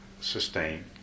Sustain